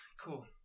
Cool